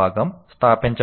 భాగం స్థాపించబడింది